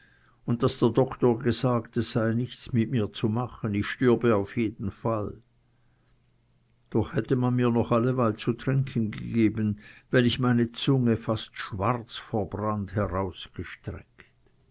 und daß der doktor gesagt es sei nichts mit mir zu machen ich stürbe auf jeden fall doch hätte man mir noch alleweil zu trinken gegeben wenn ich meine zunge fast schwarz